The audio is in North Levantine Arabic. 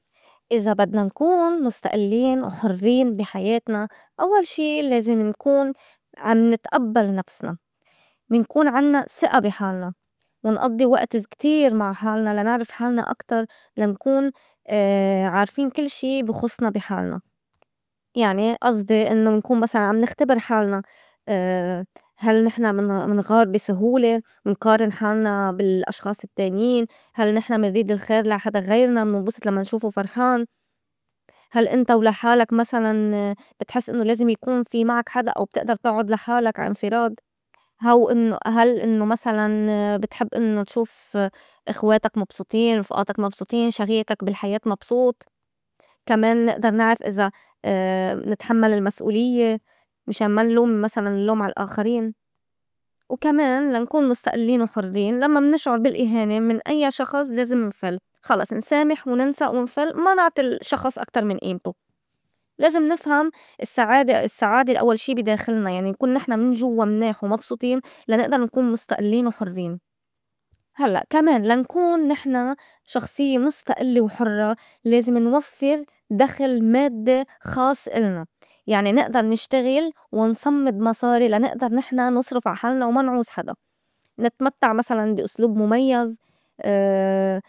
إزا بدنا نكون مُستئلّين وحرّين بي حياتنا أوّل شي لازم نكون عم نتئبّل نفسنا، منكون عنّا سِئة بي حالنا، ونئضّي وئت كتير مع حالنا لا نعرف حالنا أكتر لا نكون عارفين كل شي بي خُصنا بي حالنا، يعني أصدي إنّو نكون مسلاً عم نختبر حالنا هل نحن منغ- منغار بي سهولة؟ منقارن حالنا بالأشخاص التانيّن؟ هل نحن منريد الخير لا حدا غيرنا مننبُسط لمّا نشوفو فرحان؟ هل إنت ولحالك مسلاً بتحس إنّو لازم يكون في معك حدا أو بتئدر تُعُّد لحالك عا إنفراد؟ هاو- إنّو- هل إنّو مسلاً بتحب إنّو تشوف إخواتك مبسوطين؟ رفئاتك مبسوطين؟ شريكك بالحياة مبسوط؟ كمان نئدر نعرف إذا منتحمّل المسؤوليّة مِشان ما نلوم مسلاً اللّوم عالآخرين وكمان لا نكون مُستئلّين وحرّين لمّا منشعُر بالإهانة من أيّا شخص لازم نفل خلص نسامح وننسى ونفل ما نعطي الشّخص أكتر من ئيمتو، لازم نفهم السّعادة- السّعادة الأوّل شي بي داخلنا يعني نكون نحن من جوّا مناح ومبسوطين لا نئدر نكون مُستئلّين وحُرّين، هلّأ كمان لا نكون نحن شخصيّة مُستئلّة وحرّة لازم نوفّر دخل مادّي خاص إلنا يعني نئدر نشتغل ونصمّد مصاري لا نئدر نحن نصرُف عحالنا وما نعوز حدا نتمتّع مسلاً بي أسلوب مُميّز.